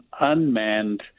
unmanned